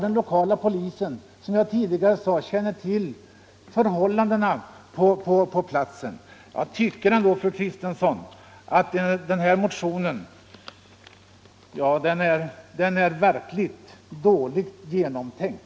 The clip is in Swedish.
Den lokala polisen känner till förhållandena på platsen, som jag tidigare sade. Jag tycker fortfarande, fru Kristensson, att den här motionen är dåligt genomtänkt.